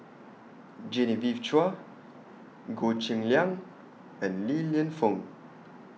Genevieve Chua Goh Cheng Liang and Li Lienfung